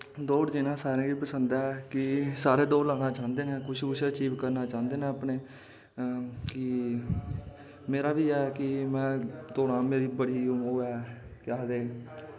दौड़ जि'यां सारें गी पसंद ऐ कि सारे दौड़ लाह्ना चांह्दे न कुछ कुछ अचीव करना चांह्दे न अचीव करना चांह्दे न कि मेरा बी ऐ कि में दौड़ां मेरी बड़ी ओह् ऐ केह् आखदे